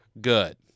good